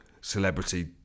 celebrity